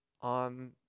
on